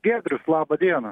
giedrius laba diena